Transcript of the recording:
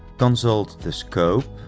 consult the scope